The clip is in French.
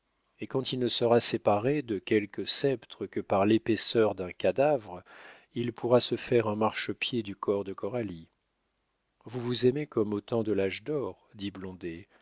et quand il ne sera séparé de quelque sceptre que par l'épaisseur d'un cadavre il pourra se faire un marchepied du corps de coralie vous vous aimez comme au temps de l'âge d'or dit